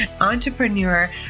entrepreneur